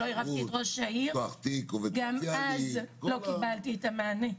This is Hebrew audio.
עירבתי את ראש העיר גם אז לא קיבלתי את המענה.